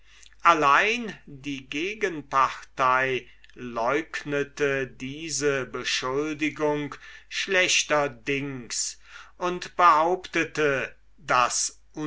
allein die gegenpartei leugnete diese beschuldigung schlechterdings und behauptete das